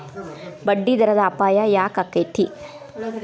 ಬಡ್ಡಿದರದ್ ಅಪಾಯ ಯಾಕಾಕ್ಕೇತಿ?